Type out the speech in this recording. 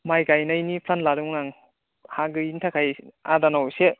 माइ गायनायनि प्लान लादोंमोन आं हा गैयिनि थाखाय आदानाव एसे